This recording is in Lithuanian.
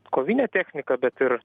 kovinė technika bet ir